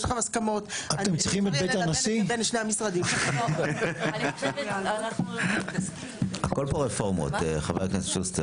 יש לכם הסכמות --- אנחנו חושבים לטובת כולנו שנכון לאמץ את הדין